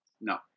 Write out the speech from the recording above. No